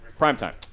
primetime